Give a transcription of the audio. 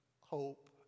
hope